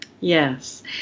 Yes